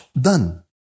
done